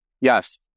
Yes